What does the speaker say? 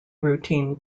routine